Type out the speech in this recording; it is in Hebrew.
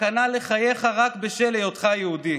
סכנה לחייך רק בשל היותך יהודי.